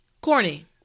Corny